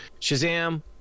Shazam